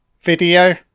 Video